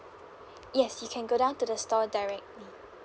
yes you can go down to the store directly